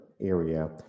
area